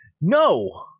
No